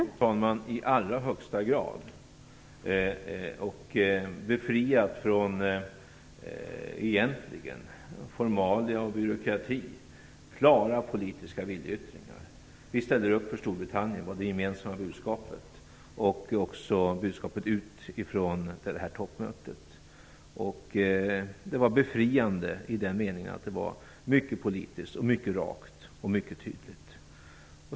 Fru talman! I allra högsta grad och dessutom egentligen befriat från formalia och byråkrati. Det handlar om klara politiska viljeyttringar. Vi ställer upp för Storbritannien, var det gemensamma budskapet och även budskapet ut från toppmötet. Det var befriande i den meningen att det var mycket politiskt, mycket rakt och mycket tydligt.